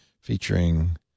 featuring